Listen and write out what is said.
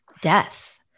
death